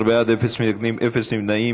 18 בעד, אפס מתנגדים, אפס נמנעים.